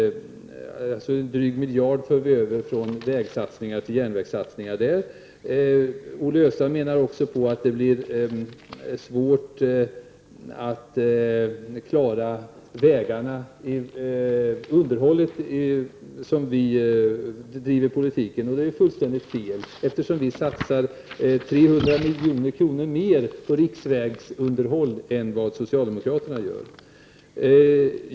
Drygt 1 miljard för vi över från vägsatsningar till järnvägssatsningar. Olle Östrand menar också att det blir svårt att klara vägunderhållet så som vi driver politiken. Det är fullständigt fel. Vi satsar 300 miljoner mer på riksvägsunderhåll än vad socialdemokraterna gör.